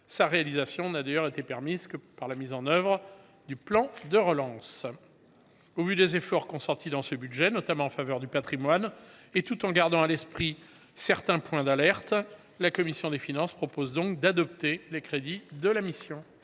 Sa réalisation a été permise grâce aux crédits du plan de relance. Au vu des efforts consentis dans ce budget, notamment en faveur du patrimoine, et tout en gardant à l’esprit certains points d’alerte, la commission des finances propose d’adopter les crédits de la mission.